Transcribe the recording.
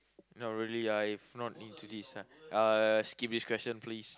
not really ah if not into this ah uh skip this question please